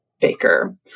Baker